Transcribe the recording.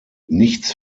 nichts